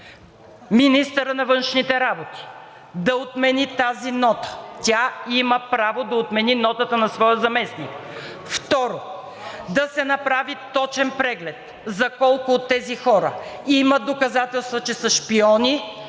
министърът на външните работи да отмени тази нота – тя има право да отмени нотата на своя заместник. Второ, да се направи точен преглед за колко от тези хора има доказателства, че са шпиони,